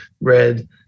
Red